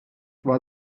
war